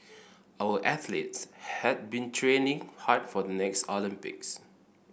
our athletes have been training hard for the next Olympics